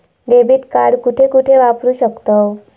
Debit card कुठे कुठे वापरू शकतव?